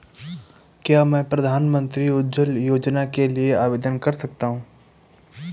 क्या मैं प्रधानमंत्री उज्ज्वला योजना के लिए आवेदन कर सकता हूँ?